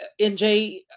NJ